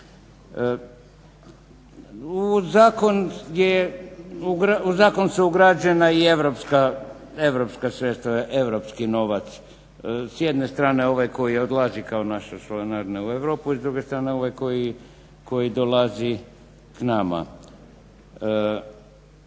U zakon su ugrađena i europska sredstva, europski novac. S jedne strane ovaj koji odlazi kao naša članarina u Europu i s druge strane ovaj koji dolazi k nama.